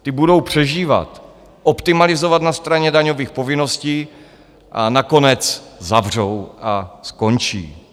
Ty budou přežívat, optimalizovat na straně daňových povinností a nakonec zavřou a skončí.